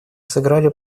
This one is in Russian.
сыграли